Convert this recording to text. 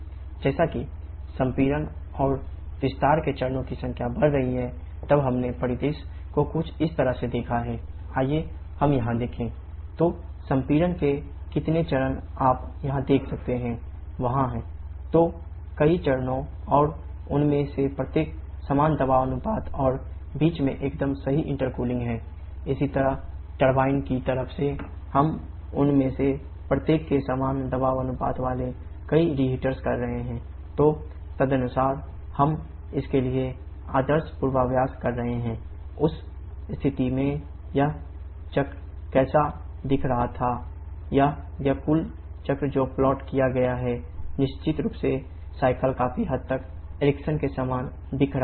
जैसा कि संपीड़न और विस्तार के चरणों की संख्या बढ़ रही है तब हमने परिदृश्य के समान दिख रही है ना